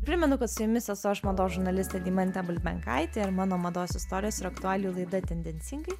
primenu kad su jumis esu aš mados žurnalistė deimantė bulbenkaitė ir mano mados istorijos ir aktualijų laida tendencingai